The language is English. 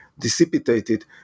dissipated